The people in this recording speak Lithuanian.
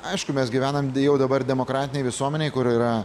aišku mes gyvenam jau dabar demokratinėj visuomenėj kur yra